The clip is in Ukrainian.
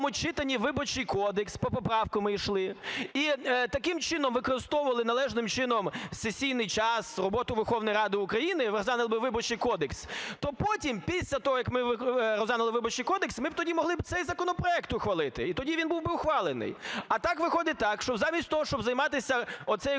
читанні Виборчий кодекс, по поправках ми йшли і таким чином використовували належним чином сесійний час, роботу Верховної Ради України, розглянули б Виборчий кодекс, то потім, після того, як ми розглянули Виборчий кодекс, ми б тоді могли цей законопроект ухвалити, і тоді він був би ухвалений. А так виходить так, що замість того, щоб займатися цією